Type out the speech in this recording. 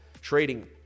Trading